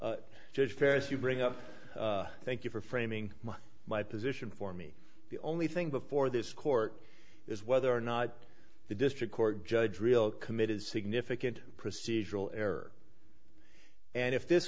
to paris you bring up thank you for framing my my position for me the only thing before this court is whether or not the district court judge real committed significant procedural error and if this